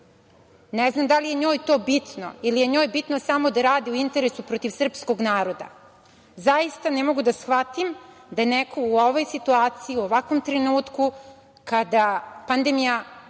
Ne znam da li je njoj to bitno ili je njoj bitno samo da radi u interesu protiv srpskog naroda. Zaista ne mogu da shvatim da neko u ovoj situaciji, u ovakvom trenutku kada pandemija